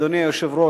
אדוני היושב-ראש,